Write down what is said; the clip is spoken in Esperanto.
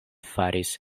faris